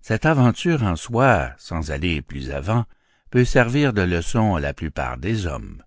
cette aventure en soi sans aller plus avant peut servir de leçon à la plupart des hommes